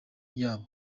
yabo